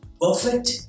perfect